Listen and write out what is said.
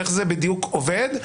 איך זה בדיוק עובד?